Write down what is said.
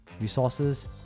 resources